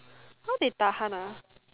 how they Tahan ah